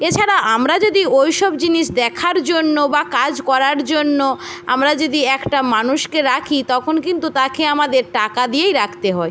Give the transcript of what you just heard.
এছাড়া আমরা যদি ওই সব জিনিস দেখার জন্য বা কাজ করার জন্য আমরা যদি একটা মানুষকে রাখি তখন কিন্তু তাকে আমাদের টাকা দিয়েই রাখতে হয়